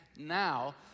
now